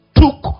took